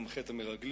גם חטא המרגלים,